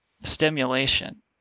stimulation